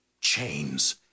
chains